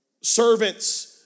servants